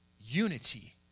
unity